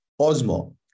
Osmo